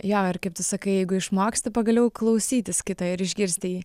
jo ir kaip tu sakai jeigu išmoksti pagaliau klausytis kito ir išgirsti jį